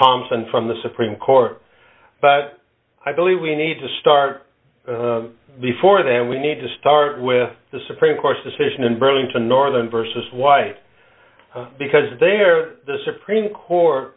thomson from the supreme court but i believe we need to start before then we need to start with the supreme court's decision in burlington northern versus wife because they're the supreme court